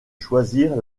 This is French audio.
choisir